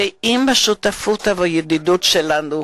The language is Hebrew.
אנחנו גאים בשותפות ובידידות שלנו,